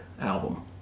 album